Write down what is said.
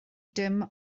dim